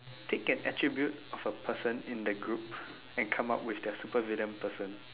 take an attribute of a person in the group and come up with their supervillain person